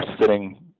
sitting